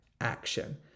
action